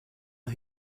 who